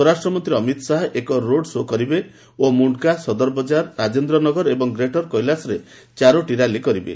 ସ୍ୱରାଷ୍ଟ୍ରମନ୍ତ୍ରୀ ଅମିତ ଶାହା ଆଜି ଏକ ରୋଡ୍ ଶୋ କରିବେ ଓ ମୁଣ୍ଡ୍କା ସଦର ବଜାର ରାଜନ୍ଦ୍ରେନଗର ଏବଂ ଗ୍ରେଟର କେଳାସଠାରେ ଚାରୋଟି ର୍ୟାଲି କରିବେ